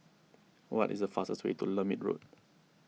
what is the fastest way to Lermit Road